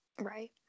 Right